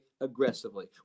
aggressively